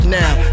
now